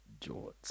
Jorts